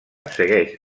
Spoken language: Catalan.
segueix